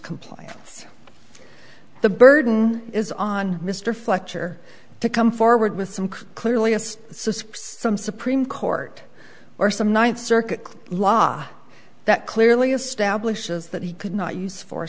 compliance the burden is on mr fletcher to come forward with some clearly as suspects some supreme court or some ninth circuit law that clearly establishes that he could not use for